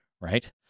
right